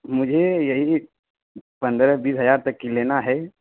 مجھے یہی پندرہ بیس ہزار تک کی لینا ہے